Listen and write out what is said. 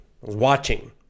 watching